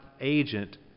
agent